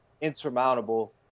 insurmountable